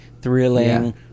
thrilling